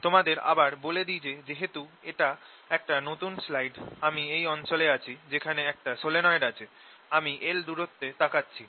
তোমাদের আবার বলে দি যে যেহেতু এটা একটা নতুন স্লাইড আমি এই অঞ্চলে আছি যেখানে একটা সলিনয়েড আছে আমি l দূরত্বে তাকাচ্ছি